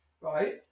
right